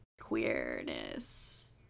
queerness